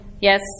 yes